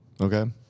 Okay